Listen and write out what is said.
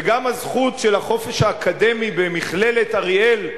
וגם הזכות של החופש האקדמי במכללת אריאל,